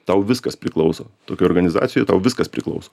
tau viskas priklauso tokioj organizacijoj tau viskas priklauso